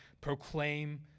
proclaim